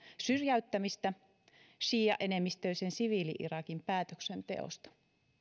syrjäyttämistä siiaenemmistöisen siviili irakin päätöksenteosta